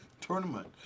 tournament